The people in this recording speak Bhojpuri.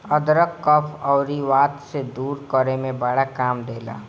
अदरक कफ़ अउरी वात के दूर करे में बड़ा काम देला